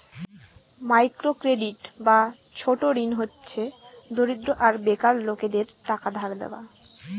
micro credit বা ছোট ঋণ হচ্ছে দরিদ্র আর বেকার লোকেদের টাকা ধার দেওয়া